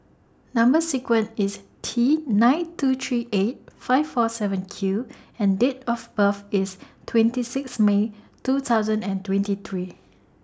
Number sequence IS T nine two three eight five four seven Q and Date of birth IS twenty six May two thousand and twenty three